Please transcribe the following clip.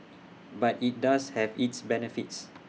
but IT does have its benefits